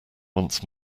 once